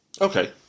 Okay